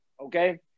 Okay